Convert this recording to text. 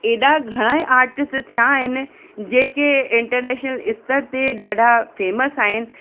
एॾा घणा आर्टिस्ट थिया आहिनि जेके इंटरनेशनल स्तर ते ॾाढा फ़ेमस आहिनि